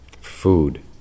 Food